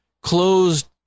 closed